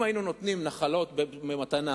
אם היינו נותנים נחלות במתנה,